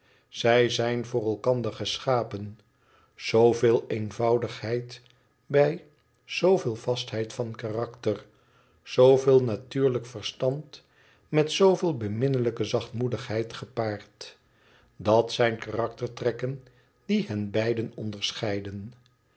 zij zijn voor elkander geschapen zooveel eenvoudigheid bij zooveel vastheid van karakter zooveel natuurlijk verstand met zooveel beminnelijke zachtmoedigheid gepaard dat zijn karaktertrekken die hen beiden